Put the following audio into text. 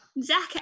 Zach